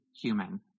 human